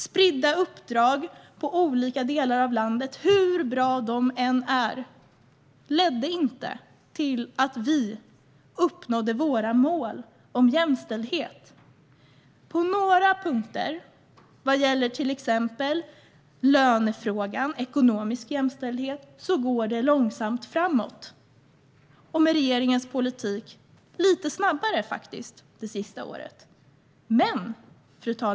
Spridda uppdrag i olika delar av landet, hur bra de än är, har inte lett till att vi uppnått våra mål om jämställdhet. På några punkter, till exempel vad gäller lönefrågan och ekonomisk jämställdhet, går det långsamt framåt. Med regeringens politik har det faktiskt gått lite snabbare det senaste året.